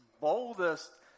boldest